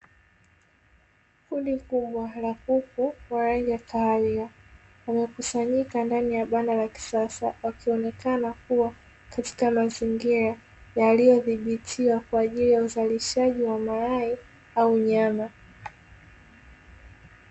Kundi kubwa la kuku wa rangi ya kahawia wamekusanyika ndani ya banda la kisasa, wakionekana kuwa katika mazingira yaliyodhibitiwa kwa ajili ya uzalishaji wa mayai au nyama.